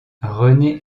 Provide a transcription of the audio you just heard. rené